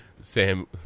Sam